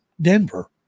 Denver